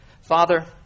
Father